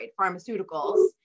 pharmaceuticals